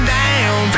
down